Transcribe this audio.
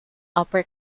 upper